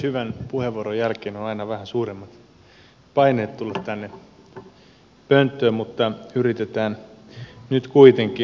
hyvän puheenvuoron jälkeen on aina vähän suuremmat paineet tulla tänne pönttöön mutta yritetään nyt kuitenkin